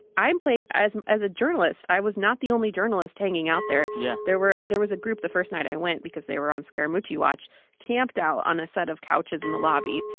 i'm playing as as a journalist. i was not the only journalist hanging out there yeah there were there was a group the first night i went because they were on scaramucci watch camped out on a set of couches in the lobby.